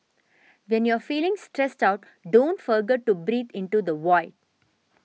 when you are feeling stressed out don't forget to breathe into the void